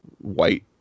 white